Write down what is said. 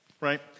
right